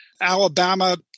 Alabama